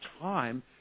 time